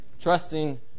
Trusting